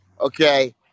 okay